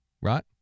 Right